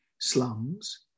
slums